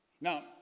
Now